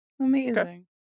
Amazing